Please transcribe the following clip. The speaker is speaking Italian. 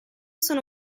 sono